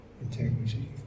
integrity